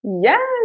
Yes